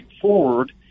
forward